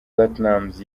platnumz